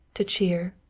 to cheer,